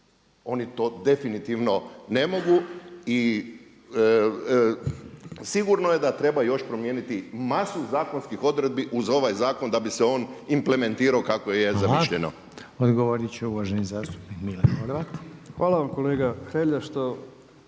Oni to definitivno ne mogu i sigurno je da treba još promijeniti masu zakonskih odredbi uz ovaj zakon da bi se on implementirao kako je zamišljeno. **Reiner, Željko (HDZ)** Hvala. Odgovorit